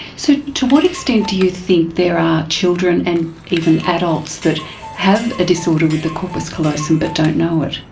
so to what extent do you think there are children and even adults that have a disorder with the corpus callosum but don't know it?